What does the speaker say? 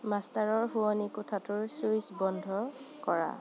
মাষ্টাৰৰ শোৱনি কোঠাটোৰ ছুইচ বন্ধ কৰা